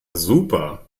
super